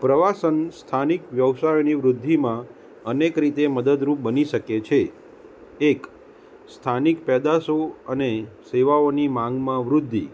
પ્રવાસન સ્થાનિક વ્યવસાયોની વૃદ્ધિમાં અનેક રીતે મદદરૂપ બની શકે છે એક સ્થાનિક પેદાશો અને સેવાઓની માંગમાં વૃધ્ધિ